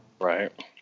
Right